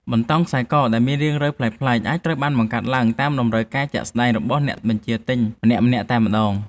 បន្តោងខ្សែកដែលមានរាងរៅប្លែកៗអាចត្រូវបានបង្កើតឡើងតាមតម្រូវការជាក់ស្តែងរបស់អ្នកបញ្ជាទិញម្នាក់ៗតែម្តង។